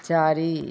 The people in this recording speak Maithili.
चारि